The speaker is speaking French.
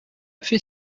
fait